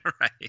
Right